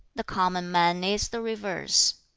the common man is the reverse.